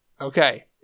Okay